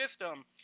system